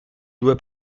due